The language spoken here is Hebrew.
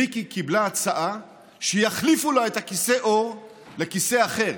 מיקי קיבלה הצעה שיחליפו לה את כיסא העור לכיסא אחר.